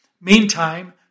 Meantime